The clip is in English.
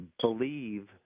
believe